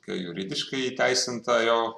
kai juridiškai įteisinta jau